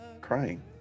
crying